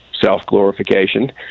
self-glorification